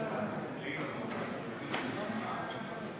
התדיינויות בסכסוכי משפחה (יישוב מוקדם של הסכסוך),